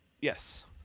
yes